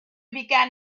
began